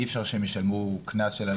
אי אפשר שהם ישלמו קנס של אלפי שקלים.